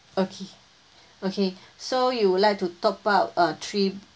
okay okay so you would like to top up uh three